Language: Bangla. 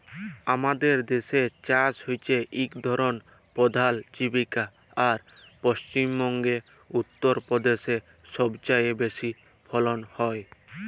আমাদের দ্যাসে চাষ হছে ইক পধাল জীবিকা আর পশ্চিম বঙ্গে, উত্তর পদেশে ছবচাঁয়ে বেশি ফলল হ্যয়